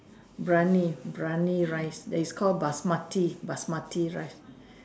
Biryani Biryani rice that is called Basmati Basmati rice